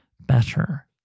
better